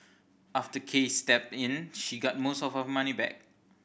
after Case stepped in she got most of her money back